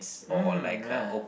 mm ya